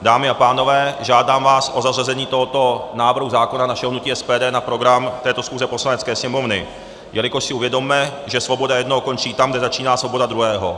Dámy a pánové, žádám vás o zařazení tohoto návrhu zákona našeho hnutí SPD na program této schůze Poslanecké sněmovny, jelikož si uvědomme, že svoboda jednoho končí tam, kde začíná svoboda druhého.